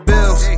Bills